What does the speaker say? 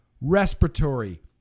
respiratory